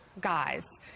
guys